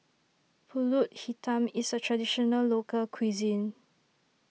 Pulut Hitam is a Traditional Local Cuisine